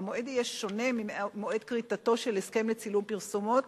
והמועד יהיה שנה ממועד כריתתו של הסכם לצילום פרסומות,